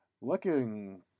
Looking